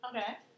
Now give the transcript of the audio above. Okay